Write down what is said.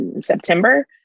September